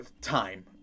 time